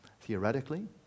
theoretically